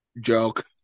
joke